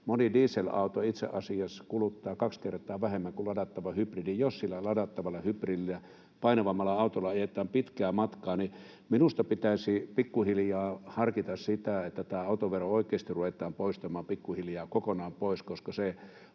moni dieselauto itse asiassa kuluttaa kaksi kertaa vähemmän kuin ladattava hybridi, jos sillä ladattavalla hybridillä, painavammalla autolla, ajetaan pitkää matkaa. Minusta pitäisi pikkuhiljaa harkita sitä, että autovero oikeasti ruvetaan poistamaan pikkuhiljaa kokonaan, koska se